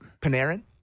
Panarin